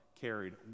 carried